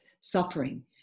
suffering